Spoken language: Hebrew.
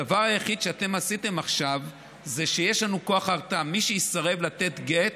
הדבר היחיד שאתם עשיתם עכשיו זה שיש לנו כוח הרתעה: מי שיסרב לתת גט,